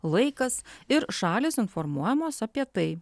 laikas ir šalys informuojamos apie tai